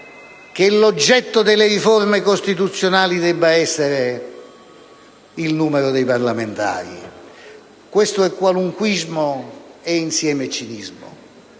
che l'oggetto delle riforme costituzionali debba essere il numero dei parlamentari! Questo è qualunquismo e insieme cinismo.